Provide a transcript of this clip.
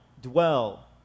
dwell